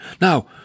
Now